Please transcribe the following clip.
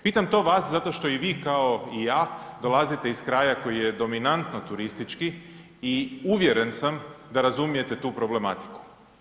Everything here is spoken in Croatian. Pitam to vas zašto što i vi kao i ja dolazite iz kraja koji je dominantno turistički i uvjeren sam da razumijete tu problematiku.